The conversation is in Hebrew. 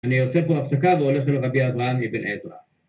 אני עושה פה הפסקה והולך לרבי אברהם אבן עזרא